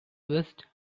west